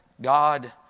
God